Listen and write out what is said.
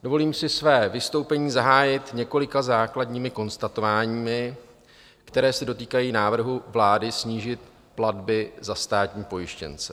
Dovolím si své vystoupení zahájit několika základními konstatováními, která se dotýkají návrhu vlády snížit platby za státní pojištěnce.